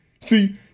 See